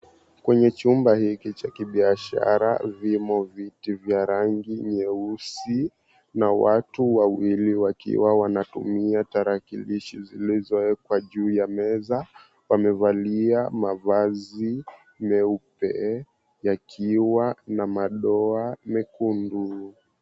Kwenye chumba hiki cha kibiashara vimo viti vya rangi nyeusi na wtu wawili wakiwa wanatumia tarakilishi zilizowekwa juu ya meza. Wamevalia mvazi meupe yakiwa na madoa mekundu.